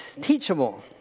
teachable